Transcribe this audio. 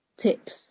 tips